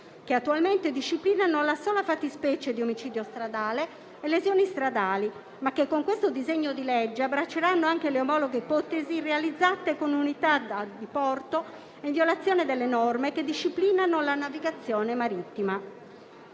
che attualmente disciplinano la sola fattispecie di omicidio stradale e lesioni stradali, ma che con questo disegno di legge abbracceranno anche le omologhe ipotesi realizzate con unità da diporto, in violazione delle norme che disciplinano la navigazione marittima.